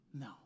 No